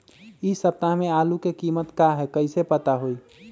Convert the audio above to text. इ सप्ताह में आलू के कीमत का है कईसे पता होई?